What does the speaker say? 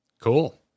Cool